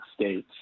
States